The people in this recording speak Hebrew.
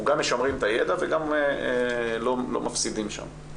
גם משמרים את הידע וגם לא מפסידים שם.